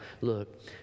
look